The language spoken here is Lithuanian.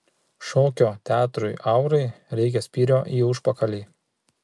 šokio teatrui aurai reikia spyrio į užpakalį